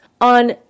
on